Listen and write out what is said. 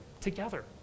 together